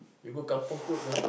you go kampung food ah